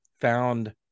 found